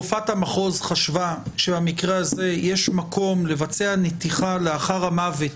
רופאת המחוז חשבה שבמקרה הזה יש מקום לבצע נתיחה לאחר המוות